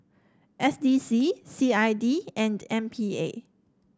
S D C C I D and M P A